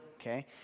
okay